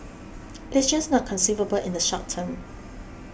it is just not conceivable in the short term